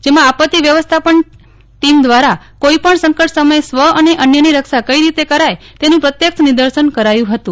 જેમાં આપત્તિ વ્યવસ્થાપન ટીમ દ્વારા કોઈપણ સંકટ સમયે સ્વ અને અન્યની રક્ષા કઈ રીતે કરાય તેનું પ્રત્યક્ષ નિદર્શન કરાયું હતું